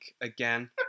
again